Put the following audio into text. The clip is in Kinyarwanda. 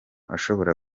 ashobora